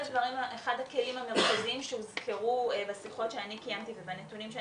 הכלים המרכזיים שהוזכרו בשיחות שאני קיימתי ובנתונים אני